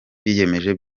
biyemeje